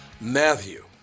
Matthew